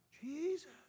Jesus